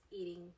eating